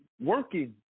working